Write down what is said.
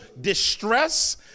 distress